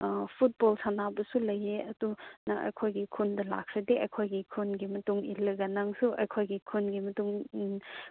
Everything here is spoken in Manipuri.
ꯐꯨꯠꯕꯣꯜ ꯁꯥꯟꯅꯕꯁꯨ ꯂꯩꯌꯦ ꯑꯗꯣ ꯅꯪ ꯑꯩꯈꯣꯏꯒꯤ ꯈꯨꯟꯗ ꯂꯥꯛꯈ꯭ꯔꯗꯤ ꯑꯩꯈꯣꯏꯒꯤ ꯈꯨꯟꯒꯤ ꯃꯇꯨꯡ ꯏꯜꯂꯒ ꯅꯪꯁꯨ ꯑꯩꯈꯣꯏꯒꯤ ꯈꯨꯟꯒꯤ ꯃꯇꯨꯡ ꯏꯟꯅ